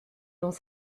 dans